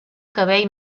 cabell